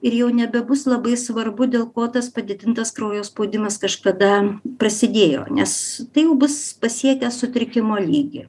ir jau nebebus labai svarbu dėl ko tas padidintas kraujo spaudimas kažkada prasidėjo nes tai jau bus pasiekę sutrikimo lygį